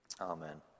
Amen